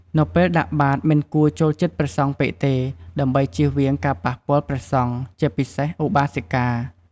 នៅពេលដាក់បាតមិនគួរចូលជិតព្រះសង្ឃពេកទេ ដើម្បីជៀសវាងការប៉ះពាល់ព្រះសង្ឃ ជាពិសេសឧបាសិកា។